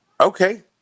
Okay